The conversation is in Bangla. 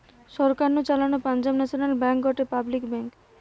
সরকার নু চালানো পাঞ্জাব ন্যাশনাল ব্যাঙ্ক গটে পাবলিক ব্যাঙ্ক